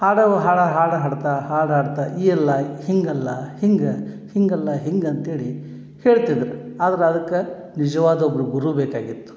ಹಾಡವ್ ಹಾಡು ಹಾಡು ಹಾಡ್ತಾ ಹಾಡು ಹಾಡ್ತಾ ಈ ಎಲ್ಲ ಹೀಗಲ್ಲ ಹಿಂಗೆ ಹೀಗಲ್ಲ ಹಿಂಗೆ ಅಂತ್ಹೇಳಿ ಹೇಳ್ತಿದ್ರು ಆದ್ರೆ ಅದಕ್ಕೆ ನಿಜವಾದ ಒಬ್ಬರು ಗುರು ಬೇಕಾಗಿತ್ತು